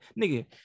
nigga